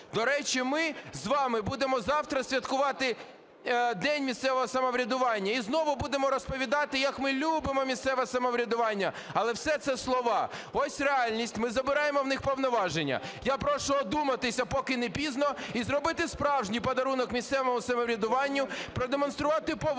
До речі, ми з вами будемо завтра святкувати день місцевого самоврядування і знову будемо розповідати, як ми любимо місцеве самоврядування, але все це слова. Ось реальність: ми забираємо в них повноваження. Я прошу одуматися, поки не пізно і зробити справжній подарунок місцевому самоврядуванню – продемонструвати повагу